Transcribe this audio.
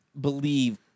believe